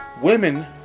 women